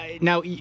Now